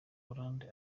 hollande